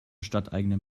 stadteigenen